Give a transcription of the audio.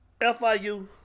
FIU